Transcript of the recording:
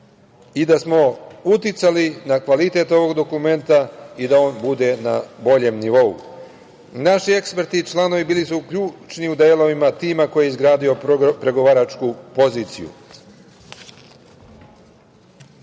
i da smo uticali na kvalitet ovog dokumenta i da on bude na boljem nivou. Naši eksperti i članovi bili su ključni u delovima tima koji je izgradio pregovaračku